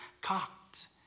cocked